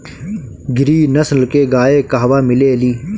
गिरी नस्ल के गाय कहवा मिले लि?